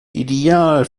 ideal